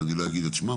שלא אגיד את שמן